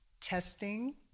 testing